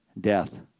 death